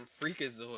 freakazoid